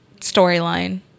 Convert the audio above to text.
storyline